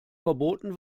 verboten